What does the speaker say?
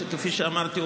שכפי שאמרתי,